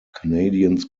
canadiens